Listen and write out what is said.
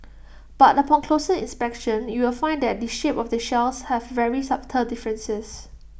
but upon closer inspection you will find that the shape of the shells have very subtle differences